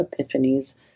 epiphanies